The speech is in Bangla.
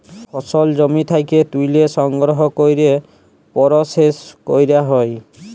ফসল জমি থ্যাকে ত্যুলে সংগ্রহ ক্যরে পরসেস ক্যরা হ্যয়